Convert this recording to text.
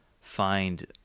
find